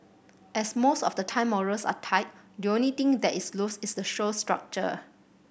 as most of the time morals are tight the only thing that is loose is the show's structure